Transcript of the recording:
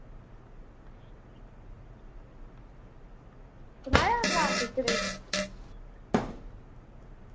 सनाया हा क्लास टीचरै ई